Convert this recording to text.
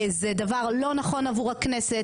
זה דבר לא נכון עבור הכנסת,